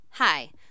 Hi